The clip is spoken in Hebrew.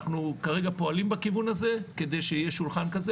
אנחנו כרגע פועלים בכיוון הזה כדי שיהי שולחן כזה,